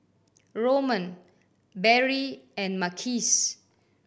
Roman Berry and Marquise